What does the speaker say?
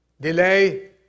Delay